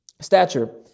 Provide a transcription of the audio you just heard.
stature